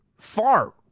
far